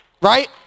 Right